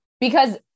because-